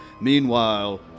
Meanwhile